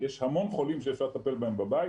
יש הרבה חולים שאפשר בהם בבית.